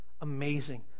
amazing